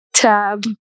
Tab